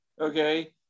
okay